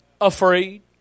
afraid